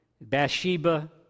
Bathsheba